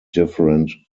different